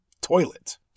toilet